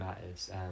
matters